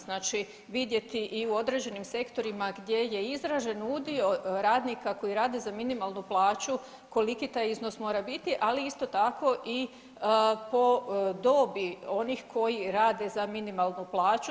Znači vidjeti i u određenim sektorima gdje je izražen udio radnika koji rade za minimalnu plaću, koliki taj iznos mora biti, ali isto tako i po dobi onih koji rade za minimalnu plaću.